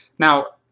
now,